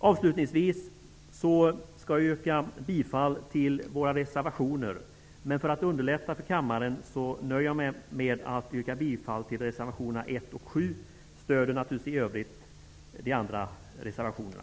Avslutningsvis skall jag yrka bifall till våra reservationer. Men för att underlätta för kammaren nöjer jag mig med att yrka bifall till reservationerna 1 och 7. Jag stöder naturligtvis i övrigt de andra reservationerna.